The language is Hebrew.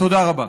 תודה רבה.